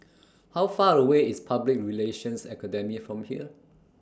How Far away IS Public Relations Academy from here